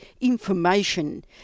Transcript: information